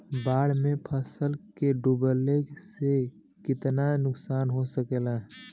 बाढ़ मे फसल के डुबले से कितना नुकसान हो सकेला?